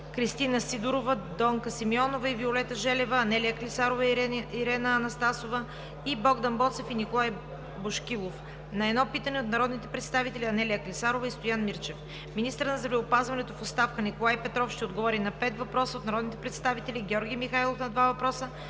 Кристина Сидорова, Донка Симеонова и Виолета Желева; Анелия Клисарова и Ирена Анастасова; и Богдан Боцев и Николай Бошкилов и на едно питане от народните представители Анелия Клисарова и Стоян Мирчев. 4. Министърът на здравеопазването в оставка Николай Петров ще отговори на пет въпроса от народните представители Георги Михайлов – два въпроса;